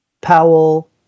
powell